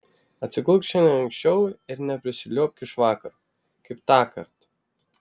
atsigulk šiandien anksčiau ir neprisiliuobk iš vakaro kaip tąkart